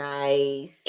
Nice